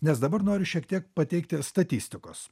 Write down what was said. nes dabar noriu šiek tiek pateikti statistikos